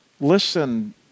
listen